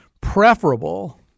preferable